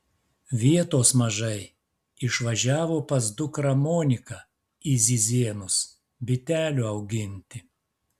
vietos mažai išvažiavo pas dukrą moniką į zizėnus bitelių auginti